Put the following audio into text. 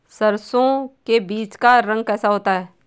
सरसों के बीज का रंग कैसा होता है?